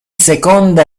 seconda